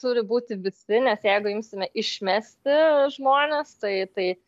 turi būti visi nes jeigu imsime išmesti žmones tai tai